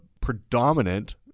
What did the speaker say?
predominant